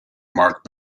mark